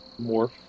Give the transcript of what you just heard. morph